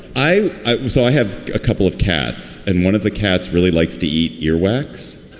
i i saw i have a couple of cats and one of the cats really likes to eat earwax.